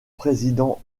président